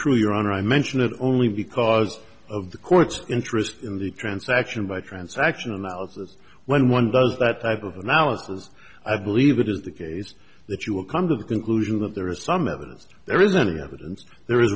true your honor i mention it only because of the court's interest in the transaction by transaction analysis when one does that type of analysis i believe it is the case that you will come to the conclusion that there is some evidence there is